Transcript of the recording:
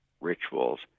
Rituals